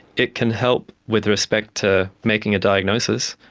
it can help with respect to making a diagnosis,